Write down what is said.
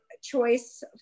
choice